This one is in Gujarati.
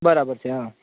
બરાબર છે હા